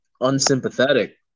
unsympathetic